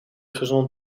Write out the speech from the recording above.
gezond